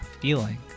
feeling